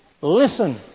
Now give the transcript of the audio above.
Listen